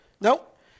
nope